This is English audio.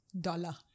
dollar